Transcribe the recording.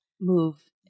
move